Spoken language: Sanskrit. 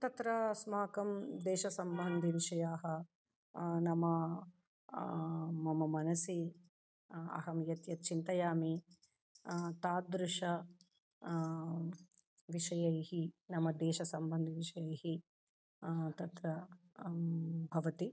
तत्र अस्माकं देशसम्बन्धि विषयाः नाम मम मनसि अहं यद्यत् चिन्तयामि तादृशः विषयैः नाम देशसम्बन्ध विषयैः तत्र भवति